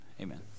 amen